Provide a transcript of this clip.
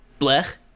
blech